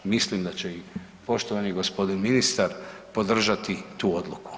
Mislim da će i poštovani g. ministar podržati tu odluku.